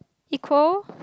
equal